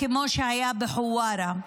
כמו שהיה בחווארה,